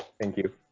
thank you.